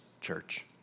church